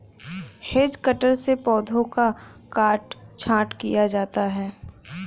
hedge cutter से पौधों का काट छांट किया जाता है